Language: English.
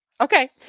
okay